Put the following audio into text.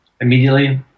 immediately